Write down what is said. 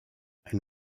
ein